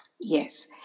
Yes